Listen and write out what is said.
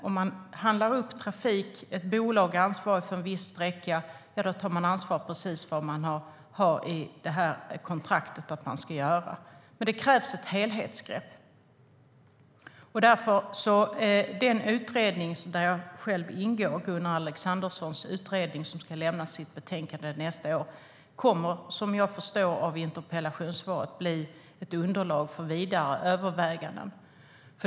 Om trafik handlas upp och ett bolag är ansvarigt för en viss sträcka tar bolaget ansvar bara för det man enligt kontraktet ska göra, men det krävs ett helhetsgrepp. Den utredning som jag själv ingår i, Gunnar Alexanderssons utredning som ska lämna sitt betänkande nästa år, kommer, som jag förstår av interpellationssvaret, att bli ett underlag för vidare överväganden.